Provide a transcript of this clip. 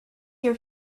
your